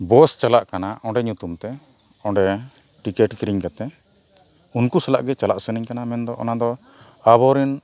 ᱵᱟᱥ ᱪᱟᱞᱟᱜ ᱠᱟᱱᱟ ᱚᱸᱰᱮ ᱧᱩᱛᱩᱢ ᱛᱮ ᱚᱸᱰᱮ ᱴᱤᱠᱤᱴ ᱠᱤᱨᱤᱧ ᱠᱟᱛᱮᱫ ᱩᱱᱠᱩ ᱥᱟᱞᱟᱜ ᱜᱮ ᱪᱟᱞᱟᱜ ᱥᱟᱹᱱᱟᱹᱧ ᱠᱟᱱᱟ ᱢᱮᱱᱫᱚ ᱚᱱᱟ ᱫᱚ ᱟᱵᱚᱨᱮᱱ